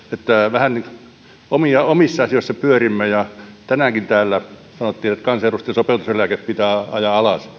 vähän omissa asioissa pyörimme ja tänäänkin täällä sanottiin että kansanedustajien sopeutumiseläke pitää ajaa alas